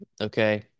Okay